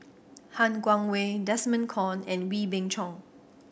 Han Guangwei Desmond Kon and Wee Beng Chong